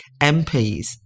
MPs